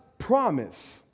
promise